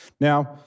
Now